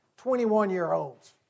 21-year-olds